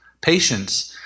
patience